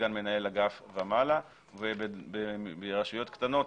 סגן מנהל אגף ומעלה; ברשויות קטנות,